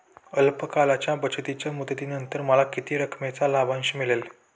अल्प काळाच्या बचतीच्या मुदतीनंतर मला किती रकमेचा लाभांश मिळेल?